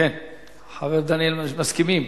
חבר הכנסת בן סימון,